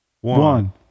one